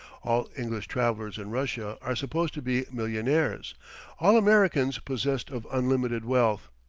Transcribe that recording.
all english travellers in russia are supposed to be millionaires all americans, possessed of unlimited wealth.